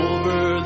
Over